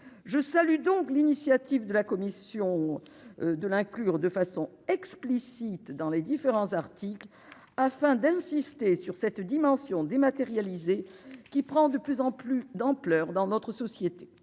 je salue donc l'initiative de la Commission de l'inclure de façon explicite dans les différents articles afin d'insister sur cette dimension dématérialisé qui prend de plus en plus d'ampleur dans notre société,